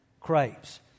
craves